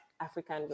african